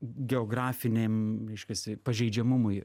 geografiniam reiškiasi pažeidžiamumui